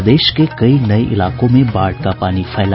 प्रदेश के कई नये इलाकों में बाढ़ का पानी फैला